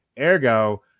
Ergo